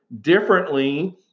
differently